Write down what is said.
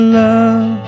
love